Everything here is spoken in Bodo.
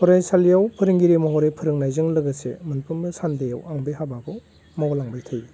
फरायसालियाव फोरोंगिरि महरै फोरोंनायजों लोगोसे मोनफ्रोमबो सानडेयाव आं बे हाबाखौ मावलांबाय थायो